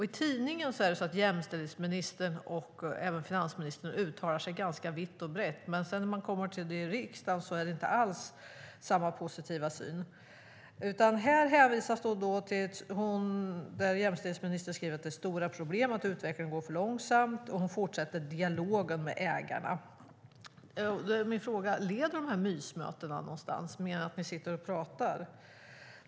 I tidningen uttalar sig jämställdhetsministern och även finansministern ganska vitt och brett, men när de kommer till riksdagen är det inte alls samma positiva syn. Här skriver jämställdhetsministern att det är stora problem, att utvecklingen går för långsamt och att hon fortsätter dialogen med ägarna. Då är min fråga: Leder de här mysmötena någonstans till något mer än att ni sitter och pratar?